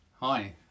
Hi